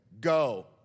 Go